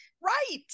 right